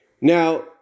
Now